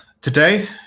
today